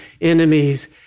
enemies